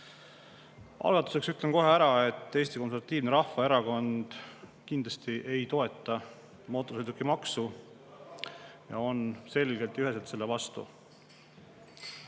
Algatuseks ütlen kohe ära, et Eesti Konservatiivne Rahvaerakond kindlasti ei toeta mootorsõidukimaksu, on selgelt ja üheselt selle